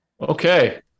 Okay